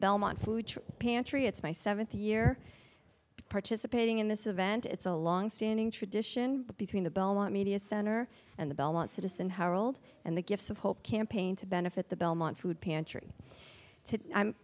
belmont food pantry it's my seventh year participating in this event it's a longstanding tradition between the belmont media center and the belmont citizen herald and the gifts of hope campaign to benefit the belmont food pantry to i'm